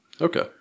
Okay